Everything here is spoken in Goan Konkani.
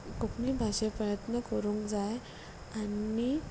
कोंकणी भाशा प्रयत्न करूंक जाय आनी